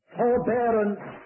forbearance